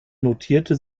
notierte